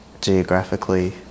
geographically